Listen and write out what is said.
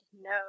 no